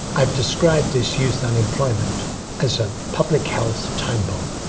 i have described this youth unemployment as a public health time bomb.